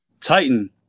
Titan